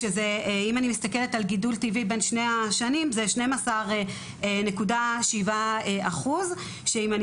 כשאם אני מסתכלת על גידול טבעי בין שתי השנים זה 12.7% ואם אני